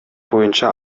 боюнча